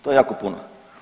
To je jako puno.